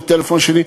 לטלפון השני.